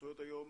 ההתייחסות היום,